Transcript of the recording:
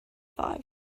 five